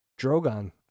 Drogon